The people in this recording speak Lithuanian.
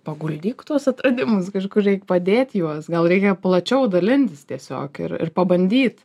paguldyk tuos atradimus kažkur reik padėt juos gal reikia plačiau dalintis tiesiog ir ir pabandyt